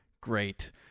Great